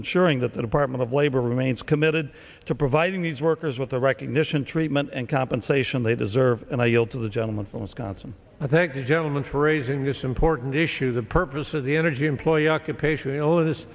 ensuring that the department of labor remains committed to providing these workers with the recognition treatment and compensation they deserve and i yield to the gentleman from wisconsin i thank you gentlemen for raising this important issue the purpose of the energy employee occupation all of this